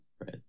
right